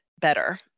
better